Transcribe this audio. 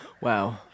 Wow